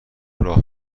راه